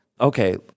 Okay